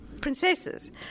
princesses